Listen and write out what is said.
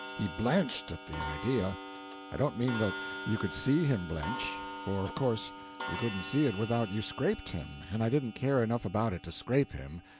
he blenched at the idea i don't mean that you could see him blench, for of course you couldn't see it without you scraped him, and i didn't care enough about it to scrape him,